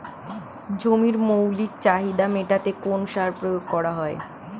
জমির মৌলিক চাহিদা মেটাতে কোন সার প্রয়োগ করা হয়?